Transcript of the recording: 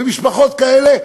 ומשפחות כאלה,